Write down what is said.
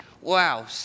Wow